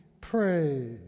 pray